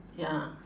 ya